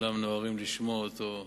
שכולם נוהרים לשמוע אותו,